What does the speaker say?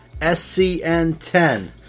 scn10